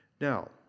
Now